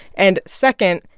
and second,